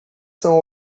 são